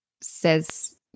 says